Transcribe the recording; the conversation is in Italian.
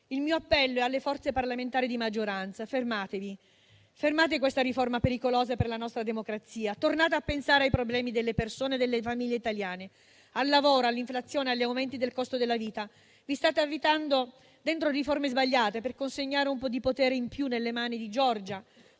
Il mio appello è alle forze parlamentari di maggioranza: fermatevi, fermate questa riforma pericolosa per la nostra democrazia, tornate a pensare ai problemi delle persone e delle famiglie italiane, al lavoro, all'inflazione e agli aumenti del costo della vita. Vi state avvitando dentro riforme sbagliate per consegnare un po' di potere in più nelle mani di Giorgia.